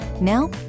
Now